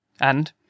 and